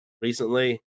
recently